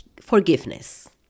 forgiveness